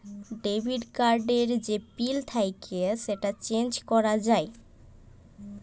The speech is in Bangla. ডেবিট কার্ড এর যে পিল থাক্যে সেটা চেঞ্জ ক্যরা যায়